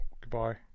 Goodbye